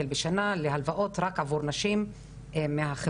בשנה להלוואות רק עבור נשים מהחברה הערבית.